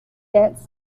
dance